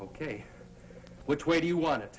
ok which way do you want it